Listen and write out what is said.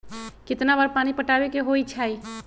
कितना बार पानी पटावे के होई छाई?